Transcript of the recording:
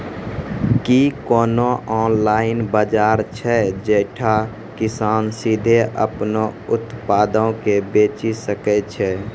कि कोनो ऑनलाइन बजार छै जैठां किसान सीधे अपनो उत्पादो के बेची सकै छै?